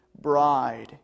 bride